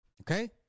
Okay